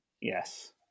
yes